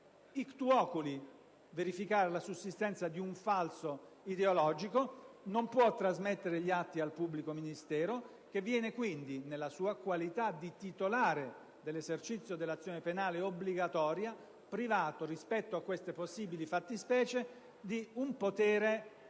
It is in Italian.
*ictu oculi* verificare la sussistenza di un falso ideologico, non può trasmettere gli atti al pubblico ministero, che viene quindi, nella sua qualità di titolare dell'esercizio dell'azione penale obbligatoria, privato, rispetto a queste possibili fattispecie, di un